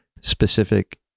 specific